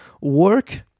work